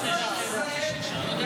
לישראל, והילדים שלו נשארו במערכת החינוך.